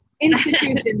institutions